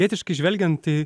tėtiškai žvelgiant į